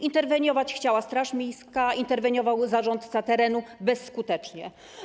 Interweniować chciała straż miejska, interweniował zarządca terenu - bezskutecznie.